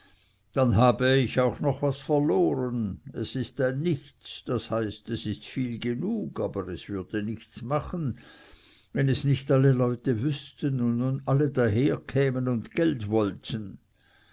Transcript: dann habe ich auch noch was verloren es ist ein nichts das heißt es ist viel genug aber es würde nichts machen wenn es nicht alle leute wüßten und nun alle daherkämen und geld wollten